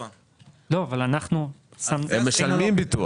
הם משלמים ביטוח.